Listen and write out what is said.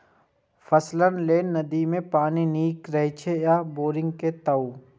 फसलक लेल नदी के पानी नीक हे छै या बोरिंग के बताऊ?